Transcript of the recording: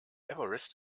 everest